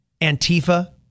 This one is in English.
Antifa